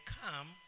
come